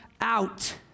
out